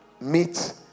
meet